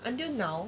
until now